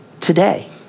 today